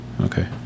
Okay